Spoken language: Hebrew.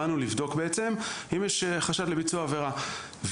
באנו לבדוק בעצם אם יש חשד לביצוע עבירה.